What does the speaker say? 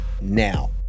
now